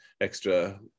extra